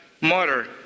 murder